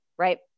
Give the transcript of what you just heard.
right